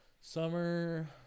Summer